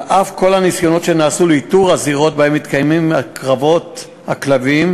על אף כל הניסיונות שנעשו לאיתור הזירות שבהן מתקיימים קרבות הכלבים,